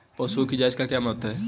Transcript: पशुओं की जांच का क्या महत्व है?